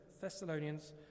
Thessalonians